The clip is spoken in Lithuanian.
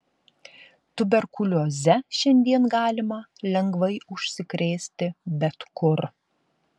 tuberkulioze šiandien galima lengvai užsikrėsti bet kur